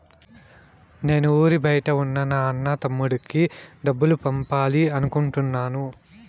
నేను ఊరి బయట ఉన్న నా అన్న, తమ్ముడికి డబ్బులు పంపాలి అనుకుంటున్నాను